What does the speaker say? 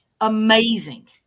amazing